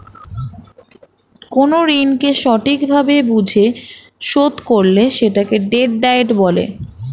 কোন ঋণকে সঠিক ভাবে বুঝে শোধ করলে সেটাকে ডেট ডায়েট বলে